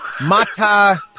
Mata